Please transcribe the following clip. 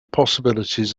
possibilities